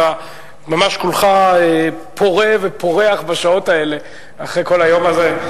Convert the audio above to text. אתה ממש כולך פורה ופורח בשעות האלה אחרי כל היום הזה.